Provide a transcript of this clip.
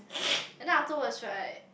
and then afterwards right